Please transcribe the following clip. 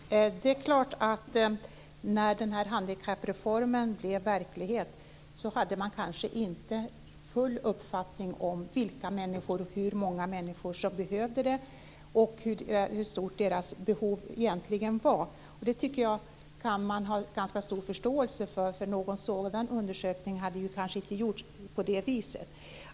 Fru talman! Det är klart att man när den här handikappreformen blev verklighet kanske inte fullt ut hade en uppfattning om vilka människor och hur många människor som hade sådana här behov och hur stora deras behov egentligen var. Det kan man väl ha ganska stor förståelse för eftersom någon sådan undersökning kanske inte hade gjorts.